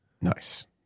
Nice